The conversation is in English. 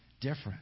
different